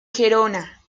gerona